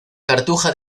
cartuja